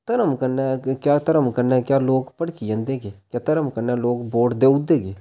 धर्म कन्नै क्या धर्म कन्नै क्या लोक भड़की जंदे गे ते धर्म कन्नै लोक वोट देई ओड़दे गे